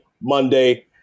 Monday